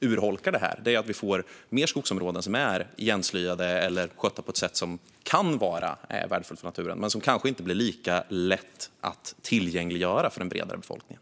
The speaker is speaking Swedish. urholkar det här är att vi får mer skogsområden som är igenslyade eller skötta på ett sätt som kan vara värdefullt för naturen men som kanske gör att de inte blir lika lätta att tillgängliggöra för den bredare befolkningen.